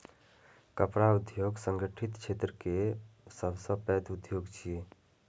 कपड़ा उद्योग संगठित क्षेत्र केर सबसं पैघ उद्योग छियै